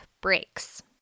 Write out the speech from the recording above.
breaks